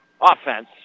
offense